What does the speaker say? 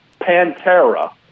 Pantera